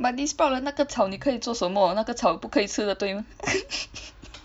but 你 sprout 了那个草你可以做什么那个草不可以吃的对